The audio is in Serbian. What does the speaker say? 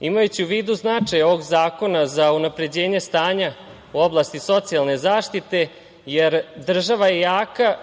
imajući u vidu značaj ovog zakona za unapređenje stanja u oblasti socijalne zaštite, jer država je jaka